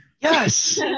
Yes